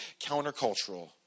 countercultural